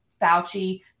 Fauci